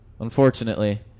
unfortunately